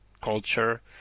culture